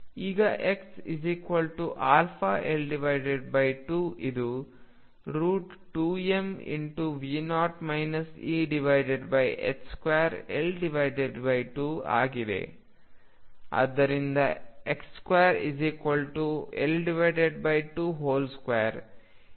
ಈಗXαL2 ಇದು 2m2 L2 ಆಗಿದೆ